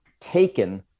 taken